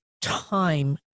time